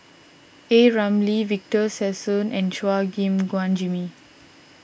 A Ramli Victor Sassoon and Chua Gim Guan Jimmy